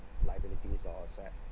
liabilities all set